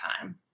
time